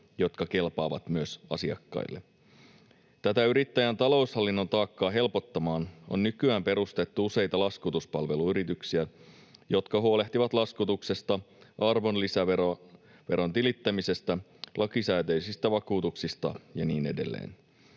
jotka kelpaavat myös asiakkaille. Tätä yrittäjän taloushallinnon taakkaa helpottamaan on nykyään perustettu useita laskutuspalveluyrityksiä, jotka huolehtivat laskutuksesta, arvonlisäveron tilittämisestä, lakisääteisistä vakuutuksista ja niin edelleen.